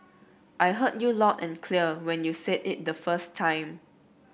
I heard you loud and clear when you said it the first time